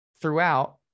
throughout